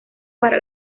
para